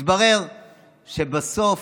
מתברר שבסוף,